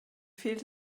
fehlt